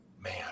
Man